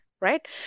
Right